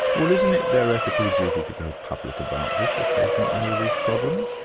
well isn't it their ethical duty to go public about this if they think there are these problems?